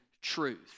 truth